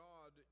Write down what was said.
God